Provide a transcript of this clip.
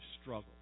struggle